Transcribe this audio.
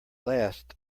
last